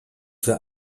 für